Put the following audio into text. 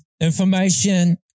Information